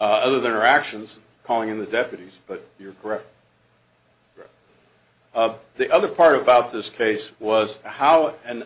over their actions calling in the deputies but you're correct the other part about this case was how and